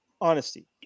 honesty